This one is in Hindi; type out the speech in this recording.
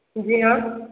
जी हाँ